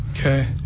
Okay